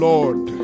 Lord